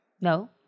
no